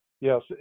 yes